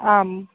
आं